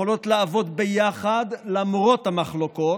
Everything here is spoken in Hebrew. יכולות לעבוד ביחד למרות המחלוקות,